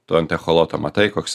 tu ant echoloto matai koks